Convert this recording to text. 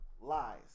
lies